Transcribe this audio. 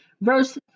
verse